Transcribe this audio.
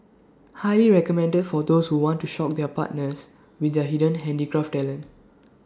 highly recommended for those who want to shock their partners with their hidden handicraft talent